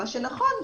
מה שנכון,